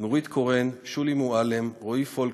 נורית קורן, שולי מועלם, רועי פולקמן,